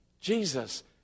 Jesus